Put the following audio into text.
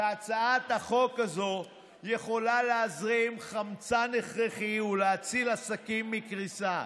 והצעת החוק הזאת יכולה להזרים חמצן הכרחי ולהציל עסקים מקריסה,